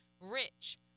rich